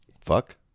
Fuck